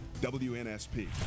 WNSP